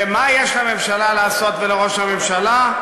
ומה יש לממשלה ולראש הממשלה לעשות?